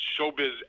showbiz